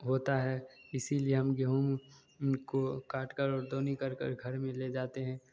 होता है इसीलिए हम गेहूँ को काटकर दवनी कर कर घर में ले जाते हैं